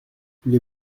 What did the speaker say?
les